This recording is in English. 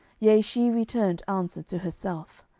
yea, she returned answer to herself,